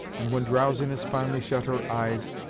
and when drowsiness finally shut her eyes,